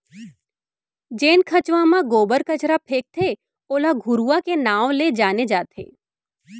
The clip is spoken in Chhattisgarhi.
जेन खंचवा म गोबर कचरा फेकथे ओला घुरूवा के नांव ले जाने जाथे